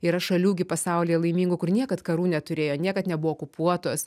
yra šalių gi pasaulyje laimingų kur niekad karų neturėjo niekad nebuvo okupuotos